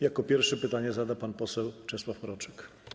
Jako pierwszy pytanie zada pan poseł Czesław Mroczek.